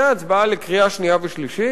ההצבעה בקריאה שנייה ושלישית,